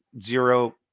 zero